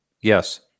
Yes